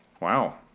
Wow